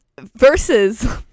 versus